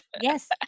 Yes